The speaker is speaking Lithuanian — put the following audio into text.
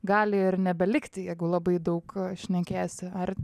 gali ir nebelikti jeigu labai daug šnekėsi ar